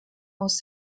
aus